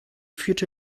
führte